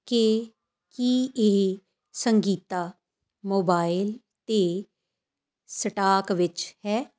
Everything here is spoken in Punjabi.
ਕਿ ਕੀ ਇਹ ਸੰਗੀਤਾ ਮੋਬਾਇਲ 'ਤੇ ਸਟਾਕ ਵਿੱਚ ਹੈ